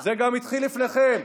זה גם התחיל לפניכם.